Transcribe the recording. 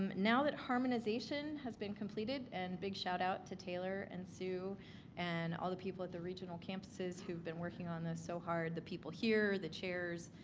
um now that harmonization has been completed, and big shout out to taylor and sue and all the people at the regional campuses who've been working on this so hard. the people here. here. the chairs.